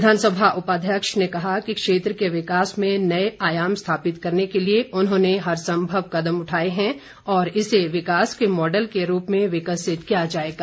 विधानसभा उपाध्यक्ष ने कहा कि क्षेत्र के विकास में नए आयाम स्थापित करने के लिए उन्होंने हरसंभव कदम उठाए हैं और इसे विकास के मॉडल के रूप में विकसित किया जाएगा